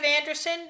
anderson